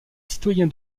citoyen